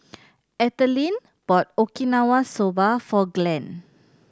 Ethelene bought Okinawa Soba for Glen